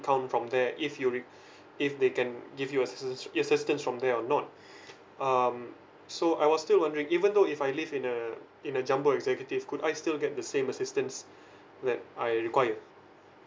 count from there if you re~ if they can give you assistance assistance from there or not um so I was still wondering even though if I live in a in a jumbo executive could I still get the same assistance that I require